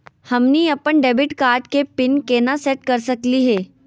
हमनी अपन debit card के पीन केना सेट कर सकली हे?